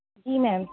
جی میم